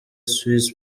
swizz